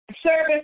service